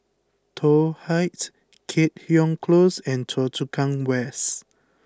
Toh Heights Keat Hong Close and Choa Chu Kang West